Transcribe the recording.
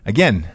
Again